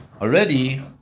already